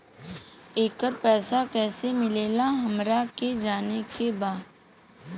येकर पैसा कैसे मिलेला हमरा के जाने के बा?